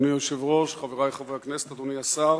אדוני היושב-ראש, חברי חברי הכנסת, אדוני השר,